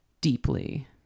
deeply